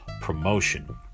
promotion